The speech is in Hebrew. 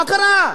מה קרה,